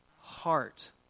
heart